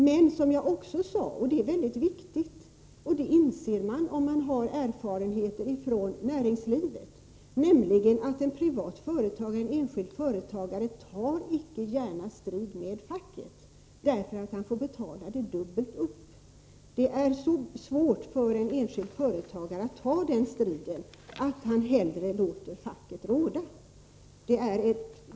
Jag sade också — det är mycket viktigt, och det inser man om man har erfarenheter från näringslivet — att en enskild företagare icke gärna tar strid med facket, för det får han i så fall betala dubbelt upp. Det är så svårt för en enskild företagare att ta den striden att han hellre låter facket råda.